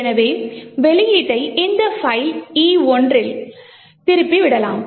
எனவே வெளியீட்டை இந்த பைல் e1 க்கு திருப்பி விடலாம்